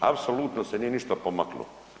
Apsolutno se nije ništa pomaklo.